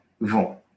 vont